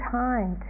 time